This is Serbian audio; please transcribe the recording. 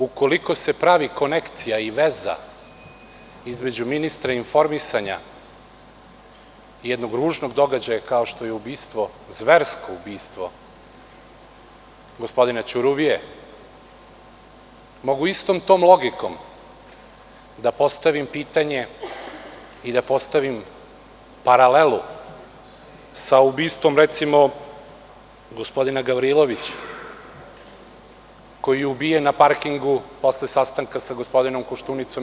Ukoliko se pravi konekcija i veza između ministra informisanja i jednog ružnog događaja, kao što je zversko ubistvo gospodina Đuruvije, mogu istom tom logikom da postavim pitanje i da postavim paralelu sa ubistvom, recimo, gospodina Gavrilovića, koji je ubijen na parkingu posle sastanka sa gospodinom Koštunicom.